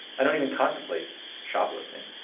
i don't even contemplate shoplifting.